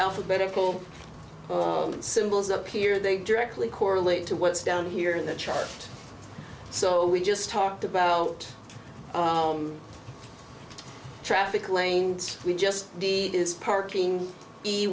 alphabetical symbols up here they directly correlate to what's down here in the chart so we just talked about traffic lanes we just the parking